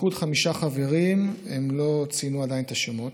הליכוד, חמישה חברים, הם לא ציינו עדיין את השמות,